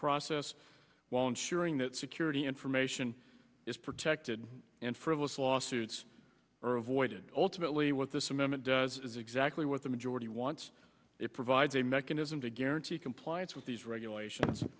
process while ensuring that security information is protected and frivolous lawsuits are avoided ultimately what this amendment does is exactly what the majority wants it provides a mechanism to guarantee compliance with these regulations